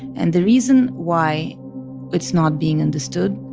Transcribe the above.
and the reason why it's not being understood